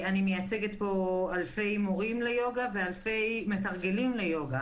אני מייצגת פה אלפי מורים ליוגה ואלפי מתרגלים ליוגה